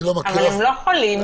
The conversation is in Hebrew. אבל הם לא חולים.